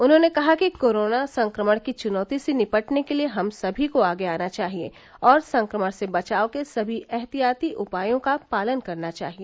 उन्होंने कहा कि कोरोना संक्रमण की चुनौती से निपटने के लिये हम सभी को आगे आना चाहिए और संक्रमण से बचाव के सभी एहतियाती उपायों का पालन करना चाहिए